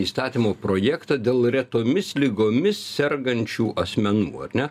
įstatymo projektą dėl retomis ligomis sergančių asmenų ar ne